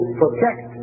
protect